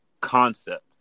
concept